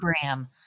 program